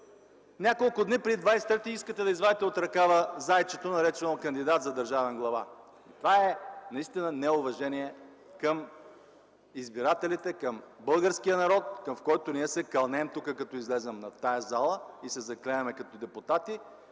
няколко дни преди 23 октомври искате да извадите от ръкава зайчето, наречено кандидат за държавен глава. Това е настина неуважение към избирателите, към българския народ, в който ние се кълнем тук, когато влезем на тази зала и се заклеваме като депутати,